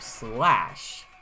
Slash